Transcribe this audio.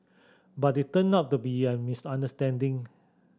but it turned out to be a misunderstanding